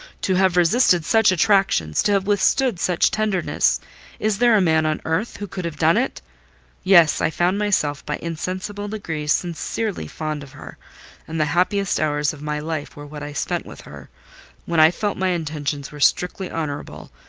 to have resisted such attractions, to have withstood such tenderness is there a man on earth who could have done it yes, i found myself, by insensible degrees, sincerely fond of her and the happiest hours of my life were what i spent with her when i felt my intentions were strictly honourable,